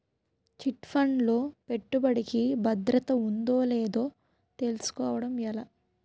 Chit fund లో పెట్టుబడికి భద్రత ఉందో లేదో తెలుసుకోవటం ఎలా?